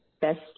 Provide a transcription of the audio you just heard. best